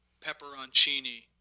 Pepperoncini